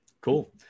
Cool